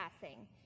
passing